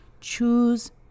Choose